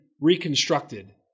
reconstructed